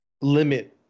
limit